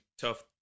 tough